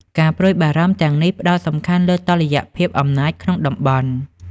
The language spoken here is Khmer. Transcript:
ការព្រួយបារម្ភទាំងនេះផ្តោតសំខាន់លើតុល្យភាពអំណាចក្នុងតំបន់។